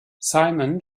simon